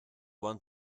want